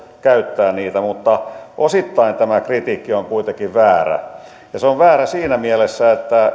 käyttää niitä mutta osittain tämä kritiikki on on kuitenkin väärä se on väärä siinä mielessä